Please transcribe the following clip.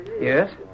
Yes